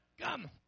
Come